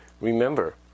remember